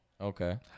Okay